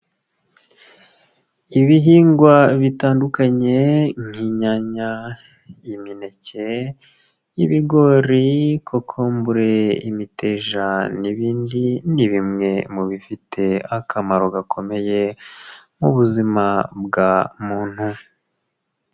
Ibihingwa bitandukanye nk'inyanya, imineke, ibigori, kokombure, imiteja n'ibindi ni bimwe mu bifite akamaro gakomeye mu buzima bwa muntu.